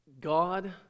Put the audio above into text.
God